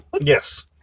Yes